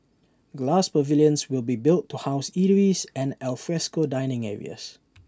glass pavilions will be built to house eateries and alfresco dining areas